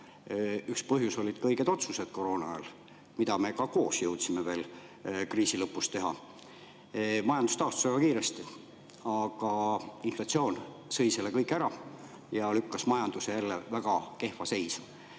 Üks põhjus olid õiged otsused koroona ajal, mida me ka koos jõudsime veel kriisi lõpus teha. Majandus taastus väga kiiresti, aga inflatsioon sõi selle kõik ära ja lükkas majanduse jälle väga kehva seisu.